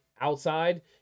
outside